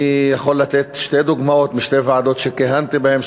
אני יכול לתת שתי דוגמאות משתי ועדות שכיהנתי בהן,